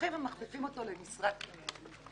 ומכפיפים אותו למשרת אמון.